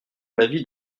l’avis